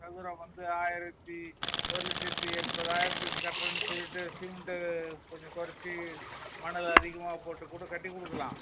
சதுரம் வந்து ஆயிரத்து ஒரு லட்சத்து எண்பதாயிரத்துக்கு கட்டுறேன்னு சொல்லிவிட்டு சிமெண்ட்டை கொஞ்சம் குறச்சி மணலை அதிகமாக போட்டு கூட கட்டி கொடுக்கலாம்